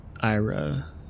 Ira